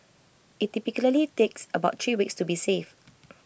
IT typically takes about three weeks to be safe